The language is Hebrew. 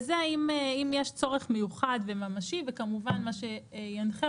וזה אם יש צורך מיוחד וממשי וכמובן מה שינחה